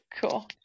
cool